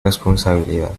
responsabilidad